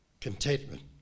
contentment